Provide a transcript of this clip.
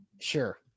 Sure